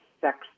sex